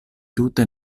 tute